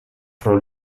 pro